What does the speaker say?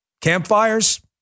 Campfires